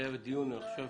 היה כאן דיון לגבי